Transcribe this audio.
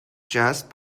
just